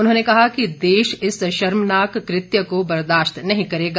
उन्होंने कहा कि देश इस शर्मनाक कृत्य को बर्दाश्त नहीं करेगा